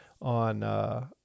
on